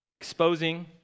exposing